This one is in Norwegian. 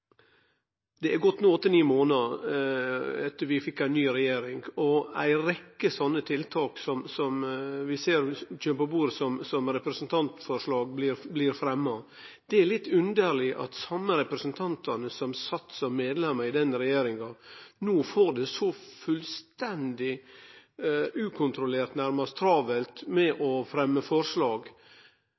Det har gått åtte–ni månader sidan vi fekk ei ny regjering, og ei rekkje slike tiltak som vi ser kjem på bordet som representantforslag, blir fremma. Det er litt underleg at dei same representantane som sat som medlemer i den førre regjeringa, no får det fullstendig ukontrollert – nærmast – travelt med å fremme forslag.